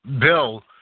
bill